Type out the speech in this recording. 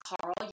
Carl